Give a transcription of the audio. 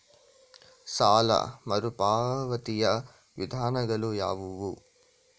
ಸಾಲ ಮರುಪಾವತಿಯ ವಿಧಾನಗಳು ಯಾವುವು?